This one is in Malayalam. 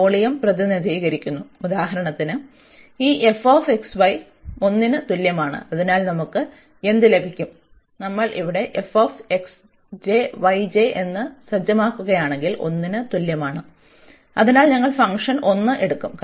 വോളിയം പ്രതിനിധീകരിക്കുന്നു ഉദാഹരണത്തിന് ഈ 1 ന് തുല്യമാണ് അതിനാൽ നമുക്ക് എന്ത് ലഭിക്കും അതിനാൽ നമ്മൾ ഇവിടെ എന്ന് സജ്ജമാക്കുകയാണെങ്കിൽ 1 ന് തുല്യമാണ് അതിനാൽ ഞങ്ങൾ ഫംഗ്ഷൻ 1 എടുക്കും